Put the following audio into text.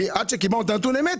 ועד שקיבלנו את נתוני האמת,